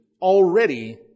already